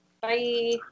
Bye